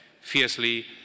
fiercely